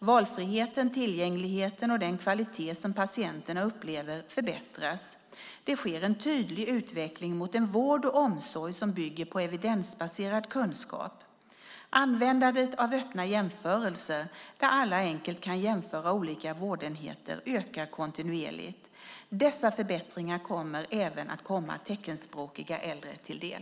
Valfriheten, tillgängligheten och den kvalitet som patienterna upplever förbättras. Det sker en tydlig utveckling mot en vård och omsorg som bygger på evidensbaserad kunskap. Användandet av öppna jämförelser, där alla enkelt kan jämföra olika vårdenheter, ökar kontinuerligt. Dessa förbättringar kommer även att komma teckenspråkiga äldre till del.